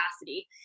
capacity